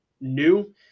new